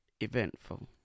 Eventful